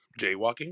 jaywalking